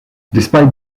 despite